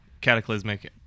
cataclysmic